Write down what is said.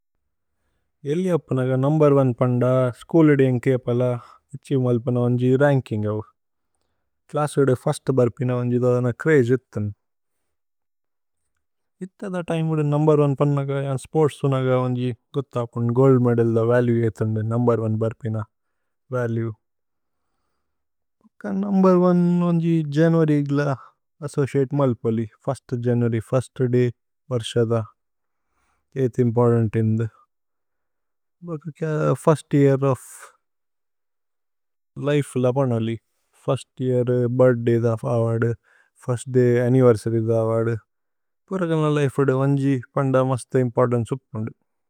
ഏലിയപ്പന് അഗ number one പന്ദ school ഇദ്ദി। ഏന്കൈപല, ഇഛി മല്പന വന്ജി രന്കിന്ഗൌ। ക്ലസു ഇദ്ദി ഫസ്ത് ബര്പിന വന്ജി ഇദ്ദോദന ച്രജേ। ഇത്തന് ഇത്ഥദ തിമേ ഓദി നുമ്ബേര് ഓനേ പന്നഗ। ജന് സ്പോര്ത്സ് തുനഗ വന്ജി ഗോത്ഥ അപുന് ഗോല്ദ്। മേദല്ദ വലുഏ ഏതുന്ദന് നുമ്ബേര് ഓനേ ബര്പിന। വലുഏ നുമ്ബേര് ഓനേ വന്ജി ജനുഅര്യ് ഇഗ്ല അസ്സോചിഅതേ। മല്പലി ഫിര്സ്ത് ജനുഅര്യ് ഫിര്സ്ത് ദയ് വര്ശ ധ ഏതി। ഇമ്പോര്തന്ത് ഇന്ദു ഫിര്സ്ത് യേഅര് ഓഫ് ലിഫേ ല പനലി। ഫിര്സ്ത് യേഅര് ബിര്ഥ്ദയ് ധ അവദു ഫിര്സ്ത് ദയ്। അന്നിവേര്സര്യ് ധ അവദു പുരഗന ലിഫേ। ഇദ്ദി വന്ജി പന്ദ മസ്തു ഇമ്പോര്തന്ചേ ഉപുന്ദു।